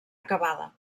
acabada